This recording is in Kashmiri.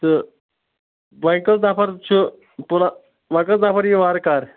تہٕ تۄہہِ کٔژ نَفر چھُ پٕلا وۄںۍ کٔژ نَفر یِیِو وارٕکار